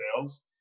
sales